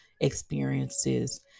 experiences